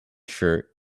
shirt